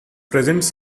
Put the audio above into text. presents